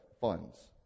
funds